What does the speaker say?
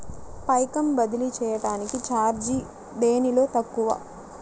పైకం బదిలీ చెయ్యటానికి చార్జీ దేనిలో తక్కువ?